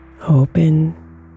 Open